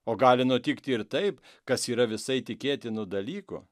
o gali nutikti ir taip kas yra visai tikėtinu dalyku